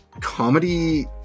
comedy